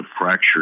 fracture